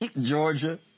Georgia